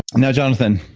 now jonathan,